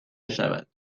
بشود